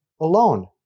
alone